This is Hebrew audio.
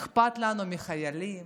אכפת לנו מהחיילים